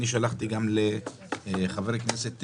אבל שלחתי הודעה לחבר הכנסת בליאק,